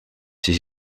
siis